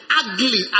ugly